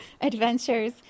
adventures